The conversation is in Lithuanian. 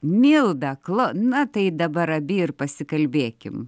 milda klu na tai dabar abi ir pasikalbėkim